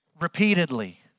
repeatedly